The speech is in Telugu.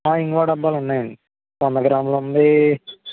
ఇంగువ డబ్బాలు ఉన్నాయండి వంద గ్రాములు ఉంది